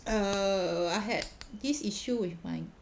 err I had this issue with my